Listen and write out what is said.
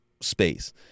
space